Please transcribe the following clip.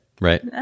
right